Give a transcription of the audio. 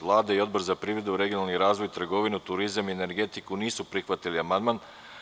Vlada i Odbor za privredu, regionalni razvoj, trgovinu, turizam i energetiku nisu prihvatili amandman.